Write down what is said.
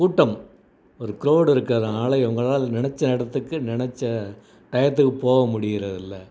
கூட்டம் ஒரு கிரவுடு இருக்கிறதுனால இவங்களால் நெனைச்ச நேரத்துக்கு நெனைச்ச டயத்துக்கு போக முடிகிறதில்ல